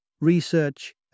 Research